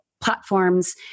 platforms